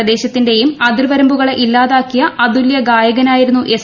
പ്രദേശത്തിന്റെയും അതിർവരമ്പുകളെ ഇല്ലാതാക്കിയ അതുല്യഗായകനായിരുന്നു എസ്